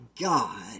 God